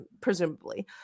presumably